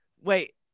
wait